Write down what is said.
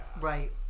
Right